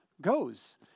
goes